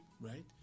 Right